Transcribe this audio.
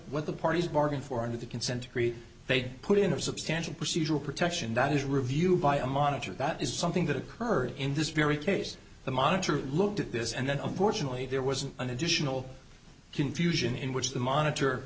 what the parties bargained for and the consent decree they put in are substantial procedural protection that is reviewed by a monitor that is something that occurred in this very case the monitor looked at this and that unfortunately there wasn't an additional confusion in which the monitor